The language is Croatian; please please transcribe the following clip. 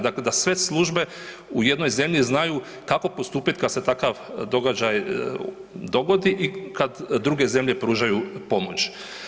Dakle da sve službe u jednoj zemlji znaju kako postupati kad se takav događaj dogodi i kad druge zemlje pružaju pomoć.